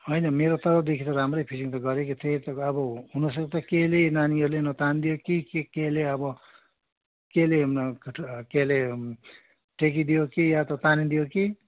होइन मेरो तर्फदेखि त राम्रै फिटिङ त गरेको थिएँ तर अब हुनसक्छ केहीले नानीहरूले न तानिदियो कि केहीले अब केहीले कठ केहीले टेकिदियो कि या त तानिदियो कि